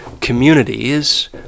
communities